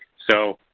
so,